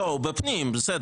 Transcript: הוא בוועדת הפנים.